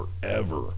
forever